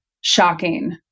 shocking